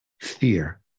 fear